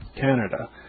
Canada